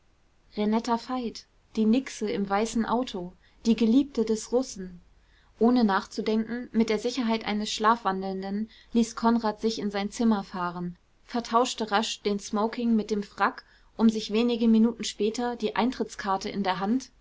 renetta veit die nixe im weißen auto die geliebte des russen ohne nachzudenken mit der sicherheit eines schlafwandelnden ließ konrad sich in sein zimmer fahren vertauschte rasch den smoking mit dem frack um sich wenige minuten später die eintrittskarte in der hand